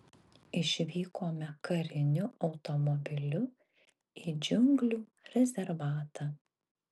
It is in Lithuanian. išvykome kariniu automobiliu į džiunglių rezervatą